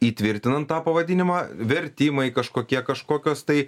įtvirtinant tą pavadinimą vertimai kažkokie kažkokios tai